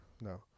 No